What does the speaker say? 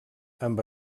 amb